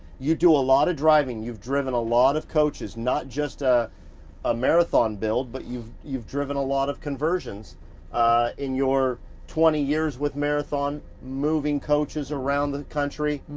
you do a lot driving. you've driven a lot of coaches, not just a a marathon build, but you've you've driven a lot of conversions in your twenty years with marathon, moving coaches around the country.